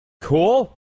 Cool